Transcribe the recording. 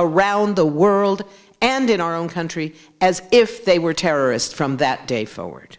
around the world and in our own country as if they were terrorists from that day forward